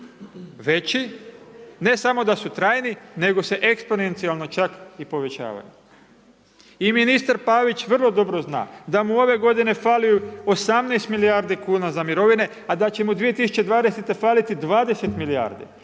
veći, ne samo da su trajni, nego se eksponencijalno čak i povećavaju. I ministar Pavić vrlo dobro zna da mu ove godine fali 18 milijardi kuna za mirovine, a da će mu 2020. faliti 20 milijardi,